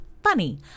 funny